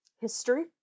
history